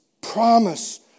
promise